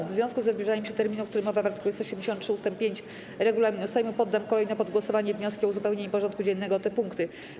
W związku ze zbliżaniem się terminu, o którym mowa w art. 173 ust. 5 regulaminu Sejmu, poddam kolejno pod głosowanie wnioski o uzupełnienie porządku dziennego o te punkty.